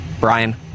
Brian